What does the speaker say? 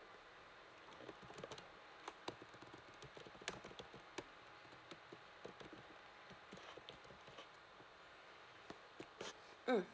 mm